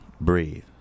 breathe